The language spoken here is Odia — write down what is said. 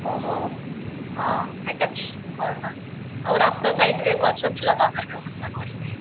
ଓହୋ ହଁ ହେଟା ବି କହେମା ଆଉ ରାସ୍ତା ସାଇଡ଼୍ ରେ ଗଛ ବି ଲଗାବାର୍ ବ୍ୟବସ୍ଥା କରିଛେଁ